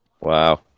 Wow